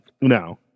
No